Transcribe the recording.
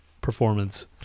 performance